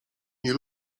nie